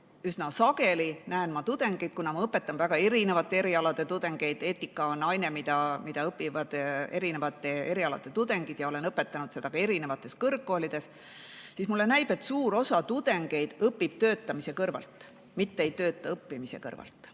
üsna sageli näen ma tudengite puhul – kuna ma õpetan väga erinevate erialade tudengeid, eetika on aine, mida õpivad erinevate erialade tudengid, ja olen õpetanud seda ka erinevates kõrgkoolides – seda, et suur osa tudengeid õpib töötamise kõrvalt, mitte ei tööta õppimise kõrvalt.